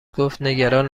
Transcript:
گفتنگران